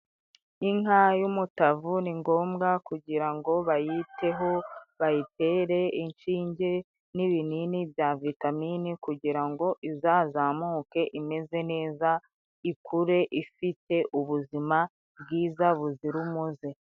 Inka y'umutavu ni ngombwa kugira ngo bayiteho, bayitere inshinge n'ibinini bya vitamine, kugira ngo izazamuke imeze neza, ikure ifite ubuzima bwiza buzira umuze.